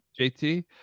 jt